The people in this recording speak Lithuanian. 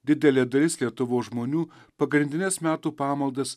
didelė dalis lietuvos žmonių pagrindines metų pamaldas